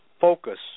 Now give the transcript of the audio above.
focus